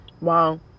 Wow